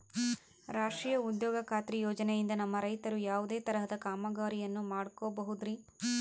ರಾಷ್ಟ್ರೇಯ ಉದ್ಯೋಗ ಖಾತ್ರಿ ಯೋಜನೆಯಿಂದ ನಮ್ಮ ರೈತರು ಯಾವುದೇ ತರಹದ ಕಾಮಗಾರಿಯನ್ನು ಮಾಡ್ಕೋಬಹುದ್ರಿ?